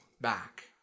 back